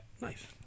Nice